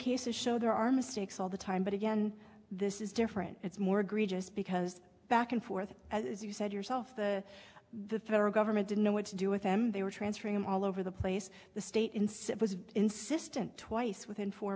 cases show there are mistakes all the time but again this is different it's more egregious because back and forth as you said yourself the the federal government didn't know what to do with him they were transferring him all over the place the state in cit was insistent twice within four